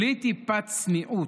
בלי טיפת צניעות.